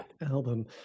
album